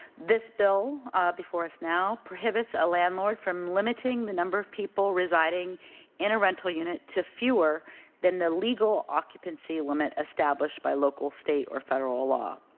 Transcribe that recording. this bill before us now prohibits a landlord from limiting the number of people residing in a rental unit to fewer than the legal occupancy limit established by local state or federal law.